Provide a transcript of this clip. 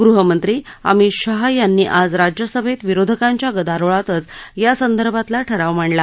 गृहमंत्री अमित शहा यांनी आज राज्यसभतविरोधकांच्या गदारोळातच या संदर्भातला ठराव मांडला